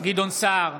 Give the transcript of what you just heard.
גדעון סער,